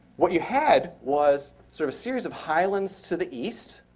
what you had was sort of a series of highlands to the east,